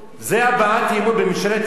זה הבעת אי-אמון בממשלת ישראל?